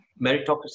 meritocracy